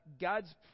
God's